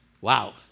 Wow